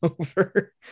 over